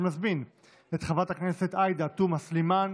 אני מזמין את חברת הכנסת עאידה תומא סלימאן